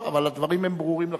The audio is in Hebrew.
טוב, אבל הדברים ברורים לחלוטין.